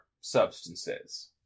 substances